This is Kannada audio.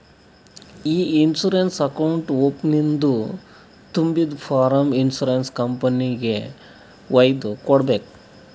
ಇ ಇನ್ಸೂರೆನ್ಸ್ ಅಕೌಂಟ್ ಓಪನಿಂಗ್ದು ತುಂಬಿದು ಫಾರ್ಮ್ ಇನ್ಸೂರೆನ್ಸ್ ಕಂಪನಿಗೆಗ್ ವೈದು ಕೊಡ್ಬೇಕ್